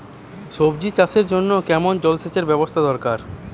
সবজি চাষের জন্য কেমন জলসেচের ব্যাবস্থা দরকার?